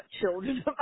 children